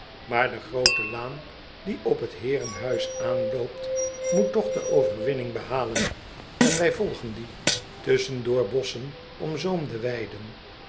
maar de groote laan die op het heerenhuis aanloopt moet toch de overwinning behalen en wij volgen die tusschen door bosschen omzoomde weiden